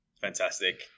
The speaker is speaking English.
Fantastic